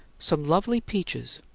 some lovely peaches.